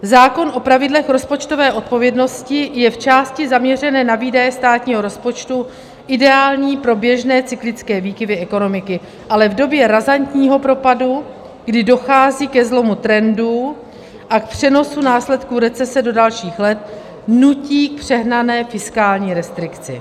Zákon o pravidlech rozpočtové odpovědnosti je v části zaměřené na výdaje státního rozpočtu ideální pro běžné cyklické výkyvy ekonomiky, ale v době razantního propadu, kdy dochází ke zlomu trendů a k přenosu následků recese do dalších let, nutí k přehnané fiskální restrikci.